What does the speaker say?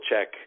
check